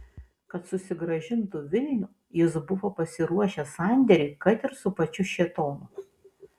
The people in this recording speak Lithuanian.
kad susigrąžintų vilnių jis buvo pasiruošęs sandėriui kad ir su pačiu šėtonu